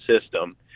system